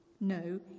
No